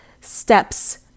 steps